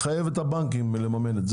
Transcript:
נחייב את הבנקים לממן את זה.